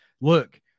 Look